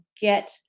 get